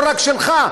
לא רק שלך,